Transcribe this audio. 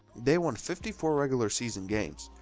they won fifty four regular season games.